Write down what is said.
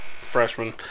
freshman